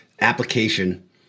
application